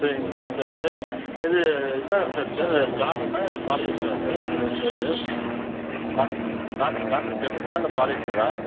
சரிங்க சார் சரிங்க சார் இது என்ன ஷர்ட் சார் காட்டனா இல்லை பாலிஸ்டரா sir shirt cotton cotton cotton ஷர்ட்டுங்களா இல்லை பாலிஸ்டரா